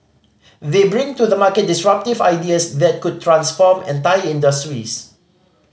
they bring to the market disruptive ideas that could transform entire industries